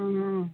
ꯎꯝ ꯎꯝ